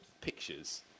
pictures